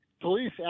police